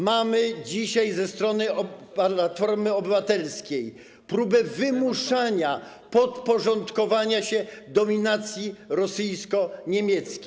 Mamy dzisiaj ze strony Platformy Obywatelskiej próbę wymuszania podporządkowania się dominacji rosyjsko-niemieckiej.